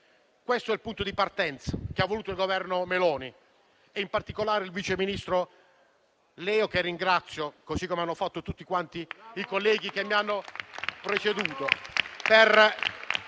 Questo è il punto di partenza che ha voluto il Governo Meloni e in particolare il vice ministro Leo, che ringrazio così come hanno fatto tutti quanti i colleghi che mi hanno preceduto